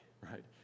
right